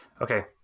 Okay